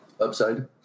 upside